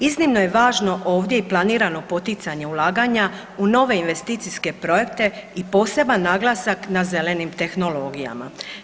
Iznimno je važno i planirano ovdje poticanje ulaganja u nove investicijske projekte i poseban naglasak na zelenim tehnologijama.